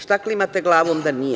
Šta klimate glavom da nije?